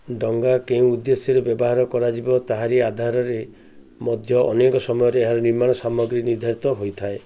ଡଙ୍ଗା କେଉଁ ଉଦ୍ଦେଶ୍ୟରେ ବ୍ୟବହାର କରାଯିବ ତାହାରି ଆଧାରରେ ମଧ୍ୟ ଅନେକ ସମୟରେ ଏହାର ନିର୍ମାଣ ସାମଗ୍ରୀ ନିର୍ଦ୍ଧାରିତ ହୋଇଥାଏ